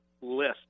list